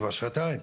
אז בבקשה.